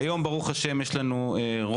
היום ברוך השם יש לנו רוב,